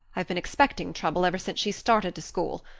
i've been expecting trouble ever since she started to school.